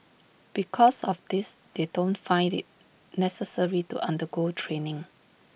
because of this they don't find IT necessary to undergo training